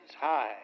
high